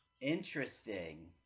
interesting